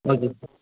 okay sir